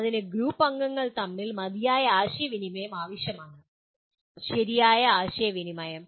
അതിന് ഗ്രൂപ്പ് അംഗങ്ങൾ തമ്മിൽ മതിയായ ആശയവിനിമയം ആവശ്യമാണ് ശരിയായ ആശയവിനിമയം